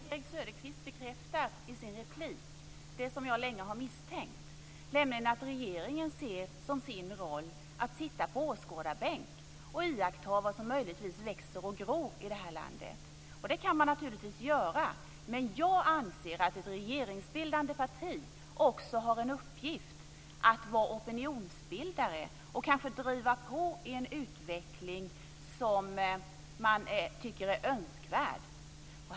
Fru talman! Nils-Erik Söderqvist bekräftar i sin replik det som jag länge har misstänkt, nämligen att regeringen ser som sin roll att sitta på åskådarbänk och iaktta vad som möjligtvis växer och gror i det här landet. Det kan man naturligtvis göra, men jag anser att ett regeringsbildande parti också har en uppgift att vara opinionsbildare och kanske driva på i en utveckling som man tycker är önskvärd.